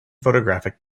photographic